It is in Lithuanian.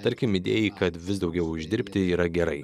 tarkim idėjai kad vis daugiau uždirbti yra gerai